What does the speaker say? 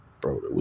bro